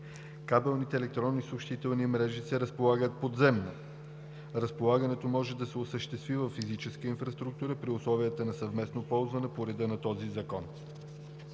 Кабелните електронни съобщителни мрежи се разполагат подземно. Разполагането може да се осъществи във физическа инфраструктура при условията на съвместно ползване по реда на този закон.